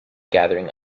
gathering